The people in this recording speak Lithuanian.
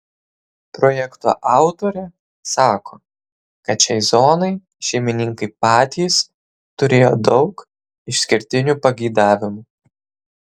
projekto autorė sako kad šiai zonai šeimininkai patys turėjo daug išskirtinių pageidavimų